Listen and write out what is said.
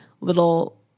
little